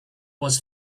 was